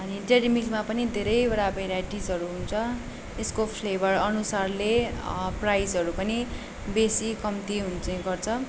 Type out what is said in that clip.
अनि डेरी मिल्कमा पनि धेरैवटा भेराइटिजहरू हुन्छ यसको फ्लेभर अनुसारले प्राइजहरू पनि बेसी कम्ती हुने गर्छ